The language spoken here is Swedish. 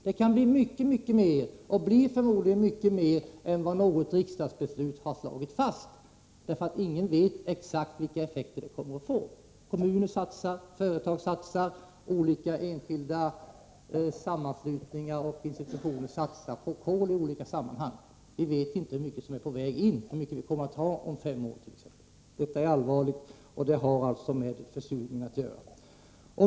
Det kan bli mycket mer kol och blir förmodligen mycket mer än vad något riksdagsbeslut har slagit fast. Ingen vet nämligen exakt vilken effekt det kommer att bli. Kommuner, företag och olika enskilda sammanslutningar och institutioner satsar på kol i olika sammanhang. Vi vet inte hur mycket som är på väg in, hur mycket kol vi kommer att ha om fem år. Detta är allvarligt och har alltså med försurningen att göra.